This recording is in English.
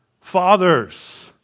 Fathers